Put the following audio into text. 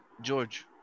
George